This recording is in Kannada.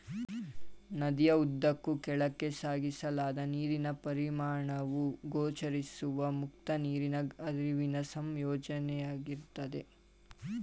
ನದಿಯ ಉದ್ದಕ್ಕೂ ಕೆಳಕ್ಕೆ ಸಾಗಿಸಲಾದ ನೀರಿನ ಪರಿಮಾಣವು ಗೋಚರಿಸುವ ಮುಕ್ತ ನೀರಿನ ಹರಿವಿನ ಸಂಯೋಜನೆಯಾಗಿರ್ತದೆ